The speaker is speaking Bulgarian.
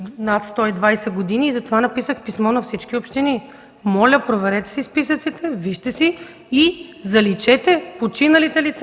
над 120 години и затова написах писмо на всички общини: моля, проверете си списъците, вижте си ги и заличете починалите лица!